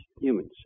humans